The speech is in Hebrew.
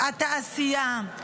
התעשייה,